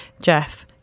Jeff